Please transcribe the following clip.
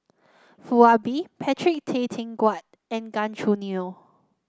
Foo Ah Bee Patrick Tay Teck Guan and Gan Choo Neo